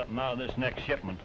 up now this next shipment